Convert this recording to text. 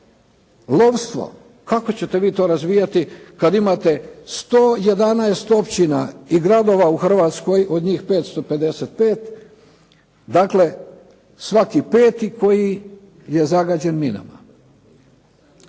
lovstvo. Kako ćete vi to razvijati kad imate 111 općina i gradova u Hrvatskoj od njih 555, dakle svaki peti koji je zagađen minama?